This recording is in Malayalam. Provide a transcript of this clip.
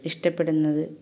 ഇഷ്ടപ്പെടുന്നത്